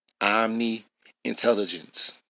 Omni-intelligence